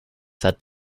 said